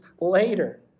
later